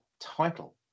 title